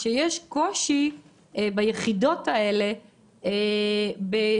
שיש קושי ביחידות הללו בשכר